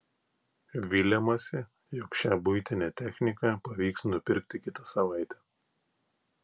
viliamasi jog šią buitinę techniką pavyks nupirkti kitą savaitę